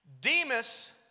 Demas